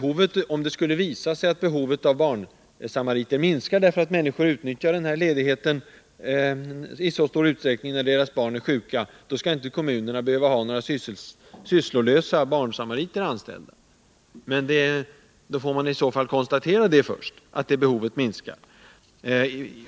Om det skulle visa sig att behovet av barnsamariter minskar därför att föräldrar i mycket stor utsträckning utnyttjar rätten till ledighet när deras barn är sjuka, skall givetvis inte kommunerna behöva ha barnsamariter anställda som de inte kan sysselsätta, men då måste man först konstatera att behovet verkligen minskar.